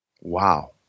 Wow